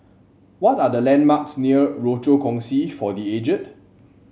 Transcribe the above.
what are the landmarks near Rochor Kongsi for The Aged